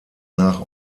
nach